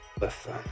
Listen